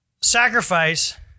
Sacrifice